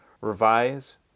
revise